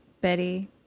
Betty